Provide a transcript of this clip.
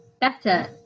better